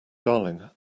darling